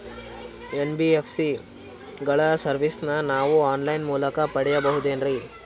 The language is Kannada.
ಎನ್.ಬಿ.ಎಸ್.ಸಿ ಗಳ ಸರ್ವಿಸನ್ನ ನಾವು ಆನ್ ಲೈನ್ ಮೂಲಕ ಪಡೆಯಬಹುದೇನ್ರಿ?